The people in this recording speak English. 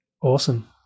Awesome